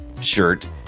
shirt